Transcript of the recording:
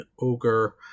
ogre